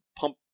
pump